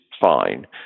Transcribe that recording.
fine